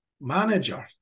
manager